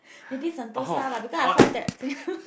maybe sentosa lah because I find that